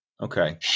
Okay